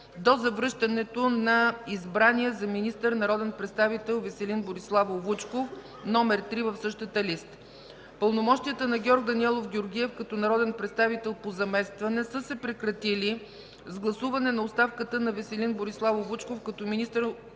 до завръщането на избрания за министър народен представител Веселин Бориславов Вучков – номер три в същата листа. Пълномощията на Георг Даниелов Георгиев като народен представител по заместване са се прекратили с гласуване на оставката на Веселин Бориславов Вучков като министър